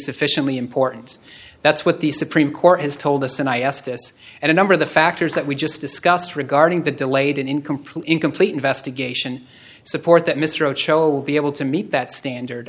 sufficiently important that's what the supreme court has told us and i ask this and a number of the factors that we just discussed regarding the delayed and incomplete incomplete investigation support that mr roach show will be able to meet that standard